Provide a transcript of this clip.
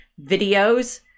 videos